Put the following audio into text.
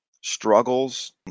struggles